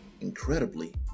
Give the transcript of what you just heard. incredibly